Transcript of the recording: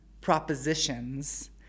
propositions